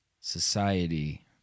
society